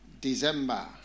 December